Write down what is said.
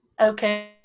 okay